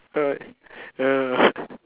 all right uh